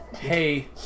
Hey